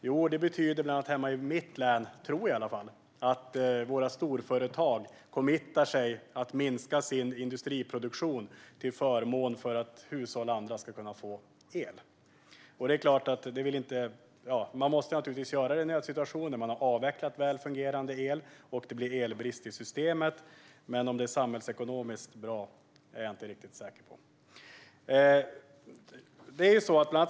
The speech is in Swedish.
Jo, hemma i mitt län tror jag i alla fall att det betyder att våra storföretag "committar" sig att minska sin industriproduktion till förmån för att hushåll och andra ska kunna få el. Man måste naturligtvis göra detta i en nödsituation, när man har avvecklat fungerande el och det blir elbrist i systemet, men om det är samhällsekonomiskt bra är jag inte riktigt säker på.